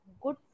good